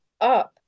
up